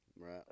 Right